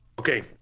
Okay